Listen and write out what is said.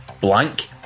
blank